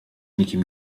nikim